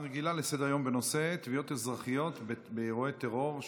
לסדר-היום בנושא: תביעות אזרחיות באירועי טרור,